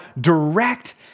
direct